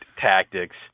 tactics